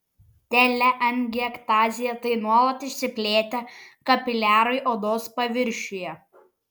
teleangiektazija tai nuolat išsiplėtę kapiliarai odos paviršiuje